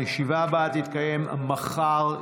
הישיבה הבאה תתקיים מחר,